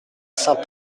saint